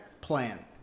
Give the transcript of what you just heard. plan